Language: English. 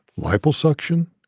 liposuction.